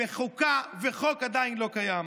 וחוק עדיין לא קיים.